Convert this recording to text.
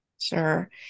Sure